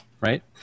right